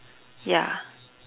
ya